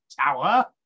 Tower